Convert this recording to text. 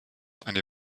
eine